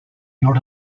not